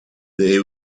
they